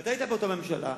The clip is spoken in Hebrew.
ואתה היית באותה ממשלה,